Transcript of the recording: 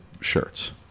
shirts